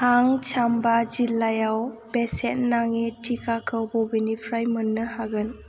आं चाम्बा जिल्लायाव बेसेन नाङि टिकाखौ बबेनिफ्राय मोननो हागोन